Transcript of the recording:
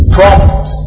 Prompt